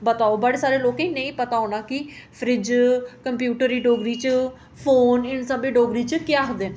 but बड़े सारे लोकें गी नेईं पता होना कि फ्रिज कंप्यूटर गी डोगरी च फोन एह् सब डोगरी च केह् आखदे न